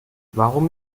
warum